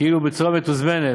כאילו בצורה מתוזמנת,